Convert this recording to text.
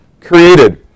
created